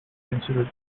considered